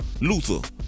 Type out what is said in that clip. Luther